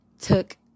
took